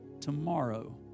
tomorrow